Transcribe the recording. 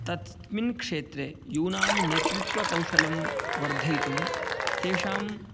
तस्मिन् क्षेत्रे यूनां नेतृत्वकौशलं वर्धयितुं तेषां